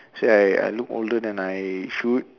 say I I look older than I should